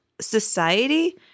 society